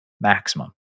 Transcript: maximum